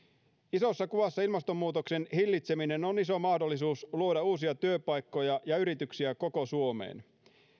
isossa kuvassa ilmastonmuutoksen hillitseminen on iso mahdollisuus luoda uusia työpaikkoja ja yrityksiä koko suomeen